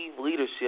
leadership